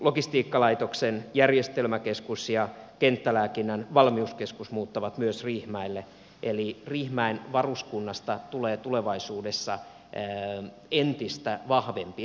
logistiikkalaitoksen järjestelmäkeskus ja kenttälääkinnän valmiuskeskus muuttavat myös riihimäelle eli riihimäen varuskunnasta tulee tulevaisuudessa entistä vahvempi erikoisosaamisen keskittymä